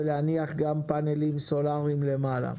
ולהניח גם פאנלים סולאריים למעלה.